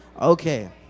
Okay